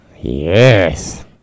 Yes